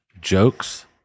jokes